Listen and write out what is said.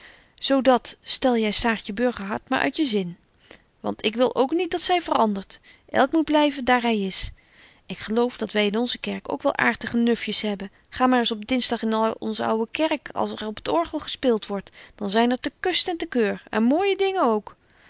zo dat stel jy saartje burgerhart maar uit je zin want ik wil ook niet dat zy verandert elk moet blyven daar hy is ik hoop dat wy in onze kerk ook wel aartige nufjes hebben ga maar eens op dingsdag in onze ouwe kerk als er op t orgel gespeelt wordt dan zyn er te kust en te keur en mooije dingen ook